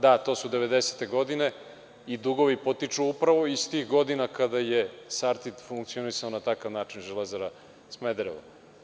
Da, to su devedesete godine i dugovi potiču upravo iz tih godina kada je „Sartid“ funkcionisao na takav način, „Železara Smederevo“